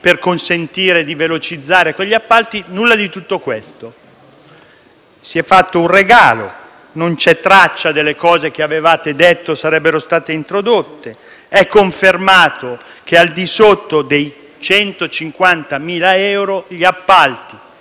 per consentire loro di velocizzare quegli appalti; nulla di tutto questo è stato fatto. Si è fatto dunque un regalo, non c'è traccia delle cose che avevate detto sarebbero state introdotte, e viene confermato che al di sotto dei 150.000 euro gli appalti